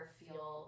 feel